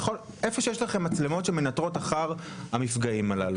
איפה שיש לכם מצלמות שמנטרות אחר המפגעים הללו.